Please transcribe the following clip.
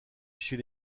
chez